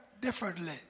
differently